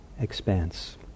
expanse